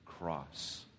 cross